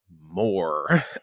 more